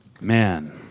Man